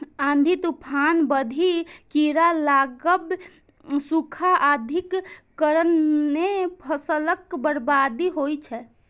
आंधी, तूफान, बाढ़ि, कीड़ा लागब, सूखा आदिक कारणें फसलक बर्बादी होइ छै